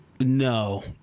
No